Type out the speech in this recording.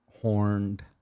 horned